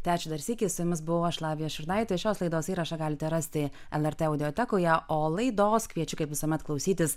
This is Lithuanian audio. tai ačiū dar sykį su jumis buvau aš lavija šurnaitė šios laidos įrašą galite rasti lrt audiotekoje o laidos kviečiu kaip visuomet klausytis